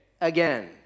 again